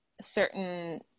certain